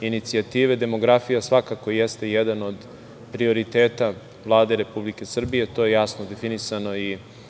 inicijative. Demografija svakako jeste jedan od prioriteta Vlade Republike Srbije. To je jasno definisano i